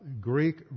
Greek